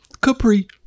Capri